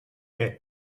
dret